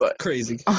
Crazy